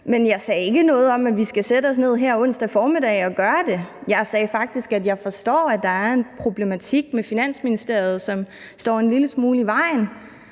men jeg sagde ikke noget om, at vi skal sætte os ned her onsdag formiddag og gøre det. Jeg sagde faktisk, at jeg forstår, at der er en problematik med Finansministeriet, som står en lille smule i vejen,